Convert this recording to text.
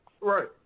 Right